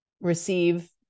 receive